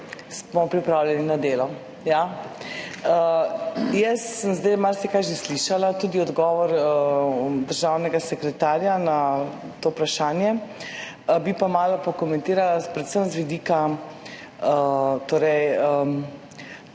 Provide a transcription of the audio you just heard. iz dvorane/ Ja. Jaz sem zdaj marsikaj že slišala, tudi odgovor državnega sekretarja na to vprašanje. Bi pa malo pokomentirala, predvsem z vidika tega